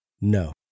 No